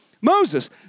Moses